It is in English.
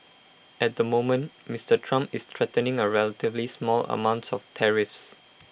at the moment Mister Trump is threatening A relatively small amounts of tariffs